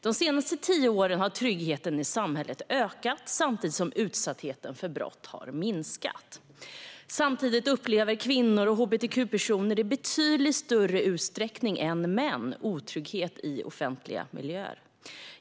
De senaste tio åren har tryggheten i samhället ökat samtidigt som utsattheten för brott har minskat. Samtidigt upplever kvinnor och hbtq-personer i betydligt större utsträckning än män otrygghet i offentliga miljöer.